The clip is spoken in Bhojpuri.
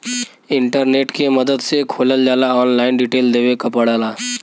इंटरनेट के मदद से खोलल जाला ऑनलाइन डिटेल देवे क पड़ेला